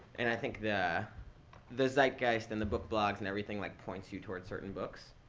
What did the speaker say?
and i think the the zeitgeist and the book blogs and everything like points you toward certain books.